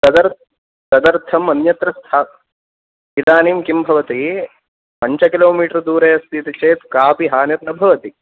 तदर्थम् अन्यत्र इदानीं किं भवति पञ्च किलोमीटर् दूरेऽस्ति इति चेत् कापि हानिर्न भवति